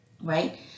right